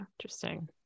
Interesting